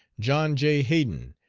john j. haden,